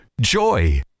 Joy